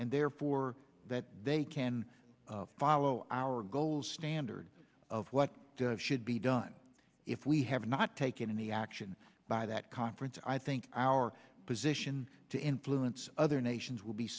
and therefore that they can follow our goals standard of what could be done if we have not taken any action by that conference i think our position to influence other nations will be